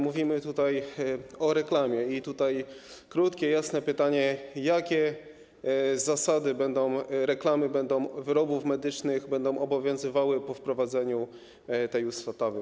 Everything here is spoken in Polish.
Mówimy tutaj o reklamie i mam krótkie, jasne pytanie: Jakie zasady reklamy wyrobów medycznych będą obowiązywały po wprowadzeniu tej ustawy?